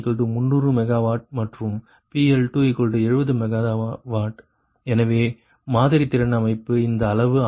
PL1 300 MW மற்றும் PL2 70 MW எனவே மாதிரி திறன் அமைப்பு இந்த அளவு ஆகும்